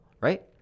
right